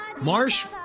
Marsh